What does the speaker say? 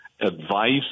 advice